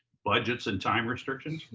budgets and time restrictions.